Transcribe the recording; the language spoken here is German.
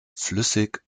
flüssig